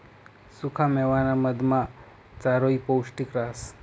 सुखा मेवाना मधमा चारोयी पौष्टिक रहास